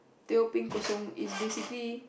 teh o Peng ko-song is basically